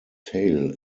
tale